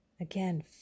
Again